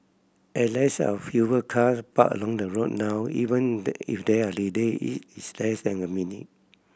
as there are fewer cars parked along the road now even if there are lady it its less than a minute